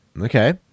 Okay